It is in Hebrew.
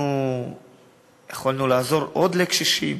אנחנו יכולנו לעזור עוד לקשישים.